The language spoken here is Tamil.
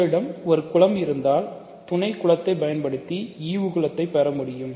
உங்களிடம் ஒரு குலம் இருந்தால் துணை குலத்தை பயன்படுத்தி ஈவு குலத்தை பெறலாம்